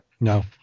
No